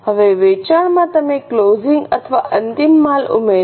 હવે વેચાણમાં તમે ક્લોઝિંગ અથવા અંતિમ માલ ઉમેરો